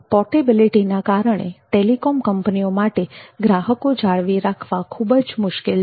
પોર્ટેબિલિટીના કારણે ટેલિકોમ કંપનીઓ માટે ગ્રાહકો જાળવી રાખવા ખૂબ જ મુશ્કેલ છે